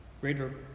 Greater